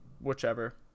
whichever